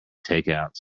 takeouts